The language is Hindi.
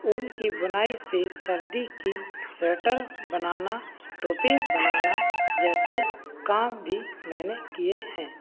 ऊन कि बुनाई से सर्दी कि स्वेटर बनाना टोपी बनाना जैसे काम भी मैंने किए हैं